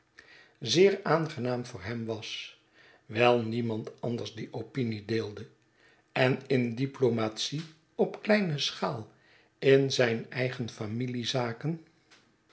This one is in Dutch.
zeer aangenaam voor hem was wijl niemand andersdie opinie deelde en in diplomatic op kleine schaal in zijn eigen familiezaken